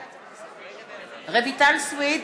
בעד רויטל סויד,